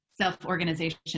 self-organization